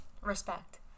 respect